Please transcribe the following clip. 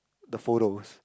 the photos